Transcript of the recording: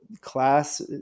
class